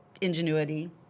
ingenuity